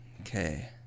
Okay